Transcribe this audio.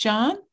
John